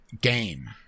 game